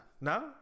No